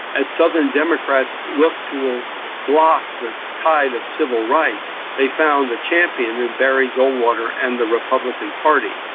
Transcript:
as southern democrats looked to block the tide of civil rights they found a champion in barry goldwater and the republican party.